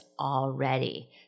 already